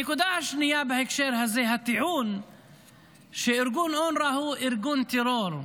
הנקודה השנייה בהקשר הזה היא הטיעון שארגון אונר"א הוא ארגון טרור.